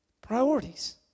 Priorities